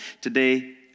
today